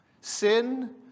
Sin